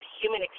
human